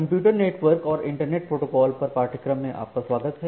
computer network और internet protocol पर पाठ्यक्रम में आपका स्वागत है